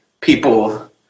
people